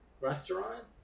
restaurant